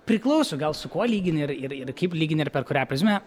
priklauso gal su kuo lygini ir ir ir kaip lygini ir per kurią prizmę